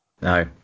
No